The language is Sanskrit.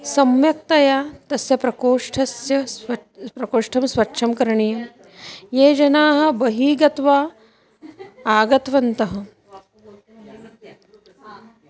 सम्यक्तया तस्य प्रकोष्ठस्य स्वच् प्रकोष्ठं स्वच्छं करणीयं ये जनाः बहिः गत्वा आगतवन्तः